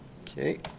Okay